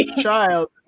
Child